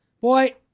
Boy